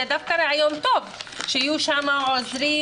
זה דווקא רעיון טוב שיהיו שם עוזרים